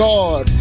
God